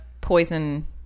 poison